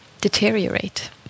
deteriorate